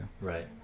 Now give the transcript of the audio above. right